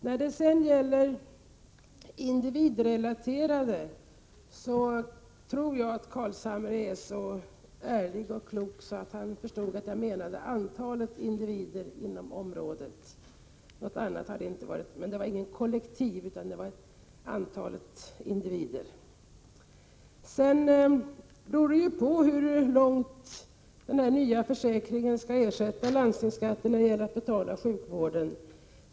När det gäller individrelaterade ersättningssystem tror jag att Carlshamre är så klok och ärlig att han förstod att jag menade att kostnaderna är relaterade till antalet individer inom området — däremot är kostnaderna inte relaterade till något kollektiv utan till antalet individer. Hur långt den nya moderata försäkringen skall ersätta landstingsskatten när det gäller att betala sjukvården beror väl på olika faktorer.